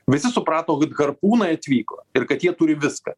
visi suprato had harpūnai atvyko ir kad jie turi viską